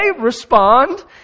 respond